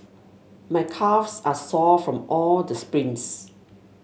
my calves are sore from all the sprints